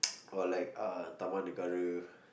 or like uh Taman-Negara